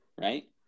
right